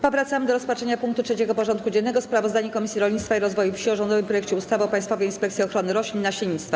Powracamy do rozpatrzenia punktu 3. porządku dziennego: Sprawozdanie Komisji Rolnictwa i Rozwoju Wsi o rządowym projekcie ustawy o Państwowej Inspekcji Ochrony Roślin i Nasiennictwa.